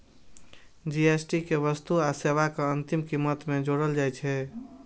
GST कें वस्तु आ सेवाक अंतिम कीमत मे जोड़ल जाइ छै